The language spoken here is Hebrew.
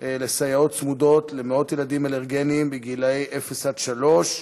לסייעות צמודות למאות ילדים אלרגיים בני 0 3,